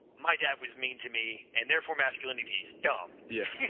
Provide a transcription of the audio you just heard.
my dad was mean to me and therefore masculinity is dumb yes